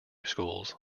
schools